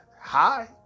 hi